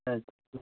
अच्छा